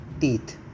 teeth